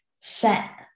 set